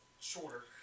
shorter